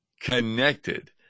connected